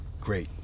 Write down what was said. great